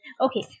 okay